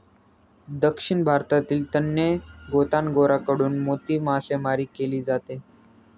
दक्षिण भारतातील तज्ञ गोताखोरांकडून मोती मासेमारी केली जाते